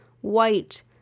white